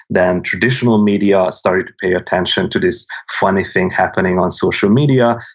then, traditional media started to pay attention to this funny thing happening on social media.